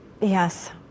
Yes